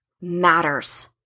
matters